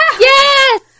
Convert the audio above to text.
Yes